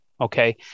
Okay